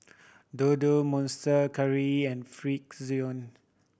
Dodo Monster Curry and Frixion